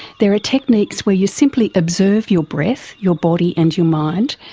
there are techniques where you simply observe your breath, your body and your mind,